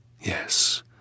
Yes